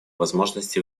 возможности